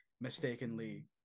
mistakenly